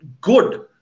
good